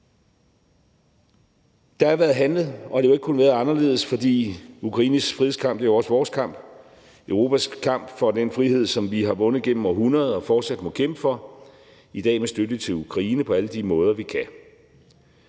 Der har været handlet, og det har ikke kunnet være anderledes, for Ukraines frihedskamp er jo også vores kamp og Europas kamp for den frihed, som vi har vundet gennem århundreder og fortsat må kæmpe for, og i dag er det med støtte til Ukraine på alle de måder, vi kan